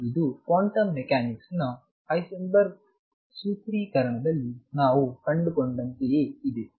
ಮತ್ತು ಇದು quantum mechanics ನ ಹೈಸೆನ್ಬರ್ಗ್ ಸೂತ್ರೀಕರಣದಲ್ಲಿ ನಾವು ಕಂಡುಕೊಂಡಂತೆಯೇ ಇದೆ